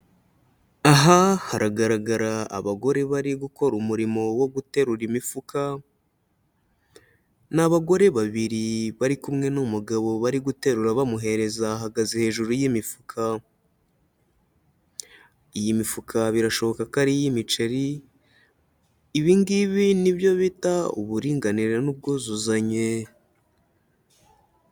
Aha haragaragara abagore bari gukora umurimo wo guterura imifuka. Ni abagore babiri bari kumwe n'umugabo bari guterura bamuhereza, ahagaze hejuru y'imifuka, iyi mifuka birashoboka ko ari iy'imiceri, ibi ngibi nibyo bita uburinganire n'ubwuzuzanye.